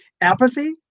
apathy